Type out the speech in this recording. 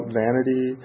vanity